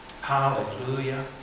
Hallelujah